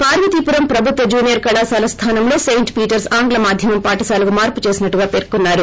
పార్వతీపురం ప్రభుత్వ జూనియర్ కళాశాల స్లానంలో సెయింట్ పీటర్స్ ఆంగ్ల మాధ్యమం పాఠశాలకు మార్పుచేసినట్లు పేర్కొన్నారు